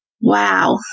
Wow